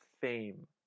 fame